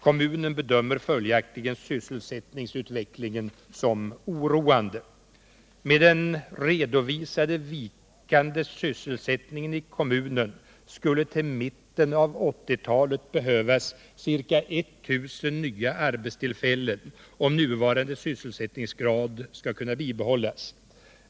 Kommunen bedömer följaktligen sysselsättningsutvecklingen som oroande. Med den redovisade vikande sysselsättningen i kommunen skulle till mitten av 1980-talet behövas ca 1000 nya arbetstillfällen om nuvarande sysselsättningsgrad skall kunna bibehållas.